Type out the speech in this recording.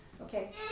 Okay